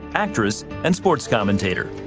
actress and sports commentator.